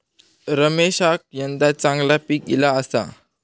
रमेशका यंदा चांगला पीक ईला आसा